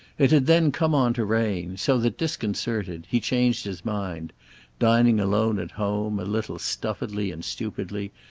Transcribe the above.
it had then come on to rain, so that, disconcerted, he changed his mind dining alone at home, a little stuffily and stupidly,